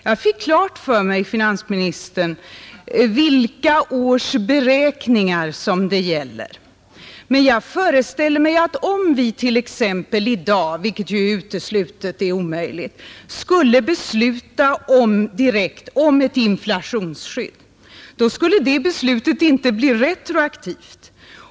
Jag fick klart för mig vilka års inkomster finansministerns beräkningar gällde. Men jag föreställer mig att om vi t.ex. i dag, vilket är uteslutet, skulle besluta om ett inflationsskydd så skulle det beslutet inte bli retroaktivt.